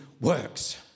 works